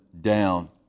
down